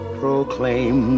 proclaim